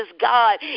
God